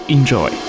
Enjoy